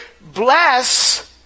bless